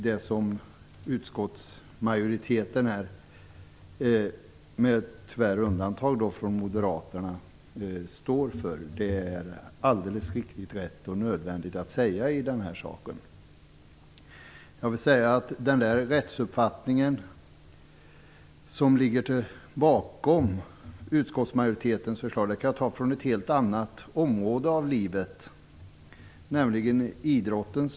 Det som utskottsmajoriteten, med undantag av moderaterna, står för är alldeles rätt och nödvändigt att säga. Den rättsuppfattning som ligger bakom utskottsmajoritetens förslag kan vi hitta exempel på inom ett helt annat område, nämligen idrotten.